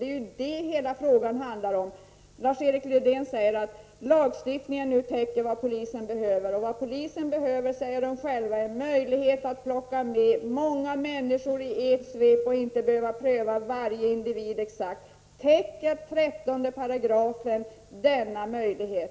Det är det hela frågan handlar om. Lars-Erik Lövdén säger att lagstiftningen nu täcker vad polisen behöver. Vad polisen behöver, säger de själva, är möjlighet att plocka med många människor i ett svep och inte behöva pröva varje individ exakt. Täcker 13 § denna möjlighet?